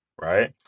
right